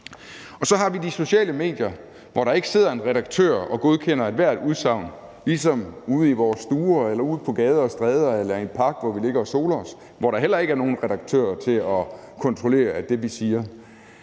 Så har vi de sociale medier, hvor der ikke sidder en redaktør og godkender ethvert udsagn – det er ligesom i vores stuer eller ude på gader og stræder eller i en park, hvor vi ligger og soler os, hvor der heller ikke er nogen redaktør til at kontrollere det, vi siger.